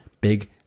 big